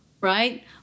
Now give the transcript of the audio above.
right